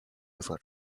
river